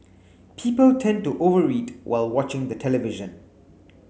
people tend to over eat while watching the television